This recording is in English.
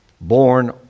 born